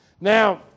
Now